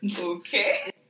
okay